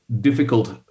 difficult